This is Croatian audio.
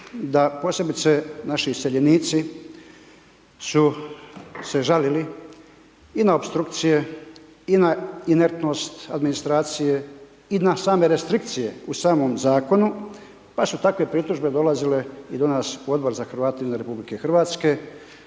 da posebice naši iseljenici su se žalili i na opstrukcije i na inertnost administracije i na same restrikcije u samom zakonu pa su takve pritužbe dolazile i do nas u Odbor za Hrvate izvan RH. To se